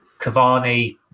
Cavani